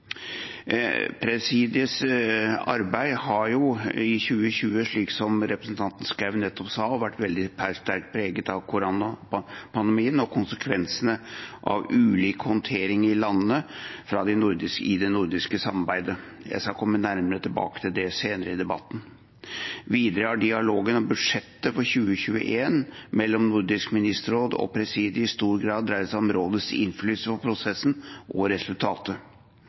arbeid har i 2020, slik representanten Schou nettopp sa, vært veldig sterkt preget av koronapandemien og konsekvensene av ulik håndtering i landene i det nordiske samarbeidet. Jeg skal komme nærmere tilbake til det senere i debatten. Videre har dialogen om budsjettet for 2021 mellom Nordisk ministerråd og presidiet i stor grad dreid seg om rådets innflytelse på prosessen og resultatet.